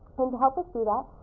and to help us do that,